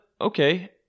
okay